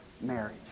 marriage